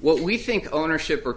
what we think ownership or